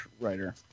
writer